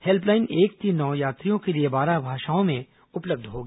helpline एक तीन नौ यात्रियों के लिए बारह भाषाओं में उपलब्ध होगी